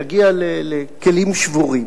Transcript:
נגיע לכלים שבורים.